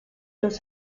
los